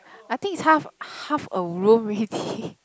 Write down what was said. I think is half half a room already